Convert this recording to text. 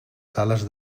sales